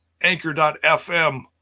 anchor.fm